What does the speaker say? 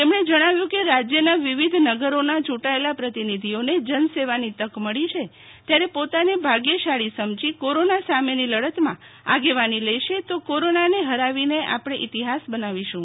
તેમણ જણાવ્યું કે રાજ્યના વિવિધ નગરોના યૂં ટાચેલા પ્રતિનિધિઓને જનસેવાની તક મળી છે ત્યારે પોતાને ભાગ્યશાળી સમજી કોરોના સામેની લડતમાં આગેવાની લેશે તો કોરોનાને હરાવીને આપણે ઇતિહાસ બનાવીશું